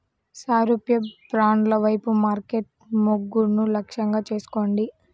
సారూప్య బ్రాండ్ల వైపు మార్కెట్ మొగ్గును లక్ష్యంగా చేసుకోండి